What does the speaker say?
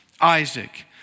Isaac